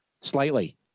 Slightly